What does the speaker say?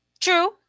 True